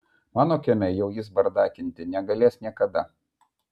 mano kieme jau jis bardakinti negalės niekada